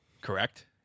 correct